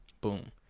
Boom